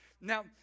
now